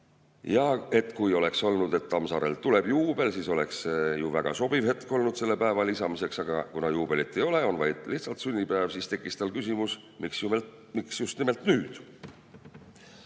Ja et kui oleks olnud, et Tammsaarel tuleb juubel, siis oleks ju väga sobiv hetk olnud selle päeva lisamiseks, aga kuna juubelit ei ole, on vaid lihtsalt sünnipäev, siis tekkis tal küsimus, miks just nimelt nüüd.